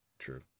True